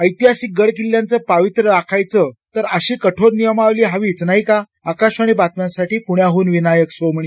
ऐतिहासिक गड किल्ल्यांचे पावित्र्य राखायचं असेल तर अशी कठोर नियमावली हवीच नाही का आकाशवाणी बातम्यांसाठी पुण्याहन विनायक सोमणी